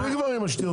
מספיק עם השטויות.